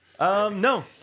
No